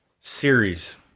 series